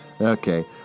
Okay